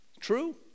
True